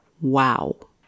wow